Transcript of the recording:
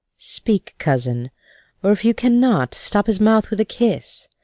speak, cousin or, if you cannot, stop his mouth with a kiss,